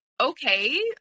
Okay